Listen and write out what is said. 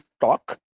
talk